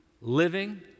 living